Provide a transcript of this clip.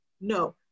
No